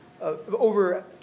over